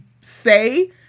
say